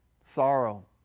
sorrow